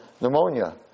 pneumonia